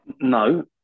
No